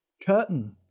curtain